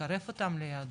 לקרב אותם ליהדות,